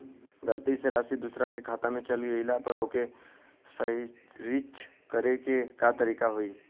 गलती से राशि दूसर के खाता में चल जइला पर ओके सहीक्ष करे के का तरीका होई?